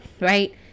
right